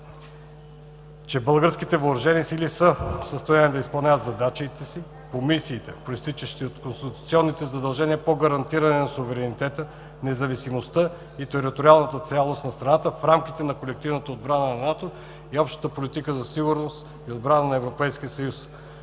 че българските въоръжени сили „са в състояние да изпълняват задачите си“ по мисиите, произтичащи от конституционните задължения по гарантиране на суверенитета, независимостта и териториалната цялост на страната „в рамките на колективната отбрана на НАТО и Общата политика за сигурност и отбрана на Европейския съюз“,